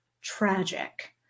tragic